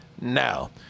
now